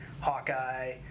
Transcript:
Hawkeye